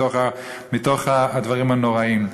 מתוך הדברים הנוראים.